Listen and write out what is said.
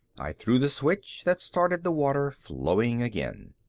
i threw the switch that started the water flowing again.